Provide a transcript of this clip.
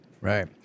Right